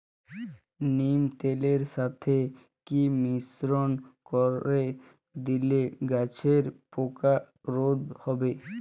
নিম তেলের সাথে কি মিশ্রণ করে দিলে গাছের পোকা রোধ হবে?